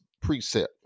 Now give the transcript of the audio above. precept